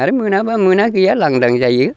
आरो मोनाब्ला मोना गैया लांदां जायो